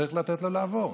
צריך לתת לו לעבור,